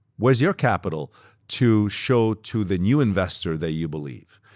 whereas your capital to show to the new investor that you believe?